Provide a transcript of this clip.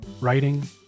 writing